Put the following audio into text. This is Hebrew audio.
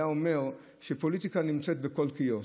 היה אומר שפוליטיקה נמצאת בכל קיוסק.